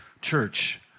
church